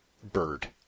bird